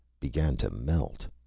began to melt.